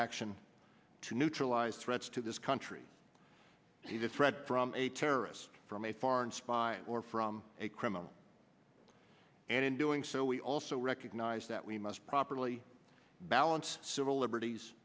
action to neutralize threats to this country he's a threat from a terrorist from a foreign spy or from a criminal and in doing so we also recognize that we must properly balance civil liberties